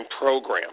program